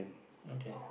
okay